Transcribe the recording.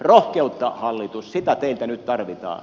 rohkeutta hallitus sitä teiltä nyt tarvitaan